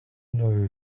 know